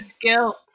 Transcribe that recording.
guilt